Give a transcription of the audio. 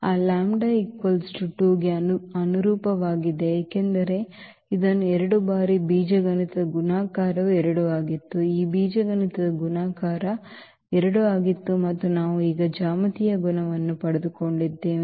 ಆ λ 2 ಗೆ ಅನುರೂಪವಾಗಿದೆ ಏಕೆಂದರೆ ಇದನ್ನು 2 ಬಾರಿ ಬೀಜಗಣಿತದ ಗುಣಾಕಾರವು 2 ಆಗಿತ್ತು ಈ ಬೀಜಗಣಿತದ ಗುಣಾಕಾರವು 2 ಆಗಿತ್ತು ಮತ್ತು ನಾವು ಈಗ ಜ್ಯಾಮಿತೀಯ ಗುಣವನ್ನು ಪಡೆದುಕೊಂಡಿದ್ದೇವೆ